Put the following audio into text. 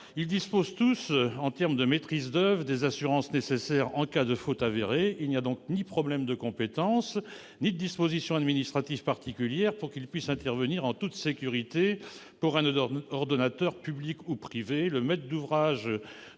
disposent tous, sur le plan de la maîtrise d'oeuvre, des assurances nécessaires en cas de faute avérée. Il n'y a donc ni problème de compétence ni difficulté administrative particulière pour qu'ils puissent intervenir en toute sécurité pour un ordonnateur public ou privé. Le maître d'ouvrage